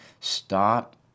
Stop